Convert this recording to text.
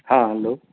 हां हॅलो